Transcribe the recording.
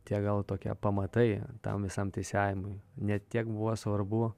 tie gal tokie pamatai tam visam teisėjavimui ne tiek buvo svarbu